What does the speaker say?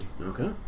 Okay